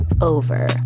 over